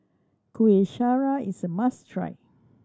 Kuih Syara is a must try